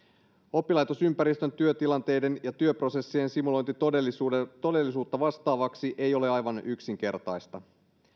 oppilaitosympäristön työtilanteiden ja työprosessien simulointi todellisuutta vastaavaksi ei ole aivan yksinkertaista